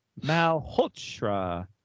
malhotra